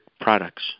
products